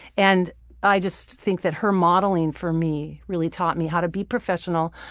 and i just think that her modeling for me really taught me how to be professional.